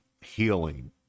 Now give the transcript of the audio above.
healing